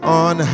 on